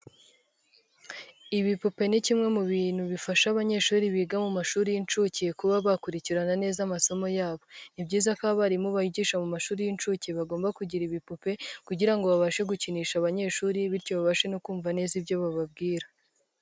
Ibipupe ni kimwe mu bintu bifasha abanyeshuri biga mu mashuri y'incuke kuba bakurikirana neza amasomo yabo, ni byiza ko abarimu bigisha mu mashuri y'incuke bagomba kugira ibipupe kugira ngo babashe gukinisha abanyeshuri bityo babashe no kumva neza ibyo bababwira.